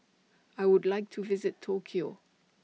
I Would like to visit Tokyo